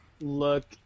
look